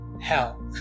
hell